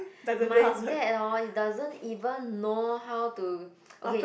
my dad hor doesn't even know how to okay